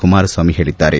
ಕುಮಾರಸ್ವಾಮಿ ಹೇಳಿದ್ದಾರೆ